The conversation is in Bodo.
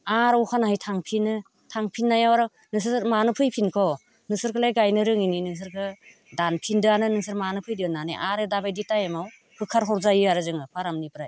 आरो अखानायै थांफिनो थांफिननायाव आरो नोंसोर मानो फैफिनखौ नोंसोरखौलाय गायनो रोङिनि नोंसोरखौ दानफिन्दोंआनो नोंसोर मानो फैदों होननानै आरो दा बायदि टाइमाव होखार हरजायो आरो जोङो फारामनिफ्राय